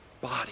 body